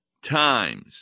Times